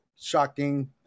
shocking